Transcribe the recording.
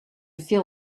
feel